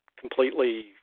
completely